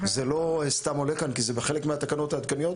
זה לא סתם עולה כאן, כי זה בחלק מהתקנות העדכניות.